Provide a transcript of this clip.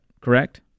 correct